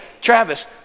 Travis